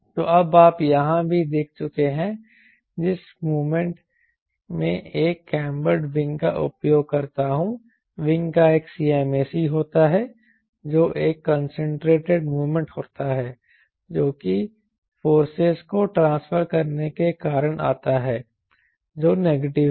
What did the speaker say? तो अब आप यहां भी देख चुके हैं जिस मोमेंट मैं एक कैंबर्ड विंग का उपयोग करता हूं विंग का एक Cmac होता है जो एक कंसंट्रेटेड मोमेंट होता है जो कि फोर्सेस को ट्रांसफर करने के कारण आता है जो नेगेटिव है